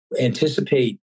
Anticipate